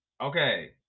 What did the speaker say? Okay